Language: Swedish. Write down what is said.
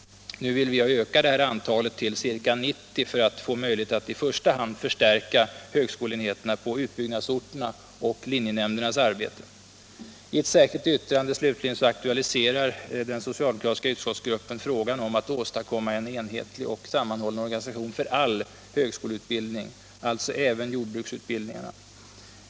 Nu vill vi öka antalet nya tjänster till ca 90 för att få möjlighet att i första hand förstärka högskoleenheterna på utbyggnadsorterna och linjenämndernas arbete. I ett särskilt yttrande, slutligen, aktualiserar den socialdemokratiska utskottsgruppen frågan om att åstadkomma en enhetlig och sammanhållen organisation för all högskoleutbildning, alltså även jordbruksutbildningarna.